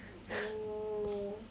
oh